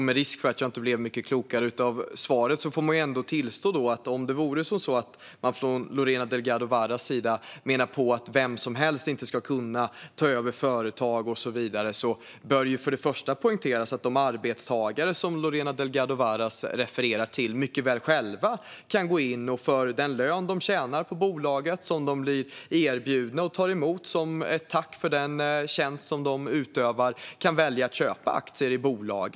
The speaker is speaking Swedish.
Med risk för att jag inte blev klokare av svaret får jag ändå tillstå att om Lorena Delgado Varas menar att vem som helst inte ska ta över företag bör det först och främst poängteras att de arbetstagare som Lorena Delgado Varas refererar till mycket väl själva för den lön de tjänar på bolaget, som de tar emot som ett tack för deras tjänster, kan välja att köpa aktier i bolaget.